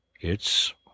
It's